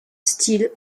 style